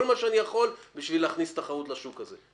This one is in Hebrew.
מה שאני יכול בשביל להכניס תחרות לשוק הזה.